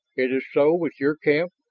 it is so with your camp?